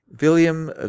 William